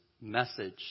message